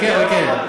חכה, חכה.